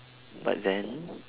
but then